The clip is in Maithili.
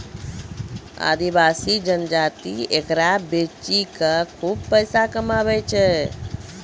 आदिवासी जनजाति एकरा बेची कॅ खूब पैसा कमाय छै